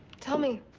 tell me.